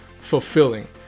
fulfilling